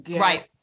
right